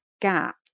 gap